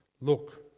Look